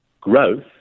growth